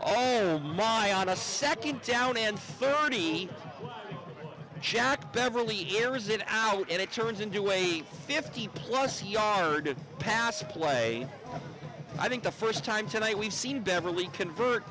oh my god a second down and thirty jack beverly years it out and it turns into a fifty plus he passed play i think the first time today we've seen beverly convert